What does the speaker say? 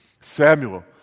Samuel